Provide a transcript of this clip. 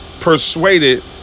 persuaded